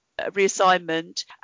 reassignment